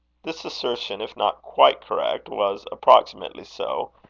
this assertion, if not quite correct, was approximately so,